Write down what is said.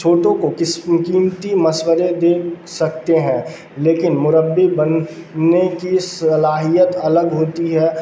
چھوٹوں کوقسم قیمتی مشورے دے سکتے ہیں لیکن مربی بننے کی صلاحیت الگ ہوتی ہے